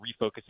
refocusing